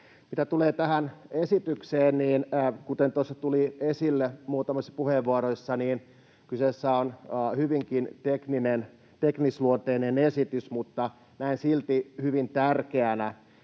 Mitä tulee tähän esitykseen, niin kuten tuossa tuli esille muutamissa puheenvuoroissa, kyseessä on hyvinkin teknisluonteinen esitys, mutta näen silti hyvin tärkeinä